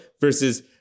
versus